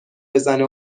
بزنه